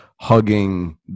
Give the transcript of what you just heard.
hugging